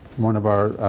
one of our